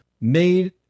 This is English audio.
made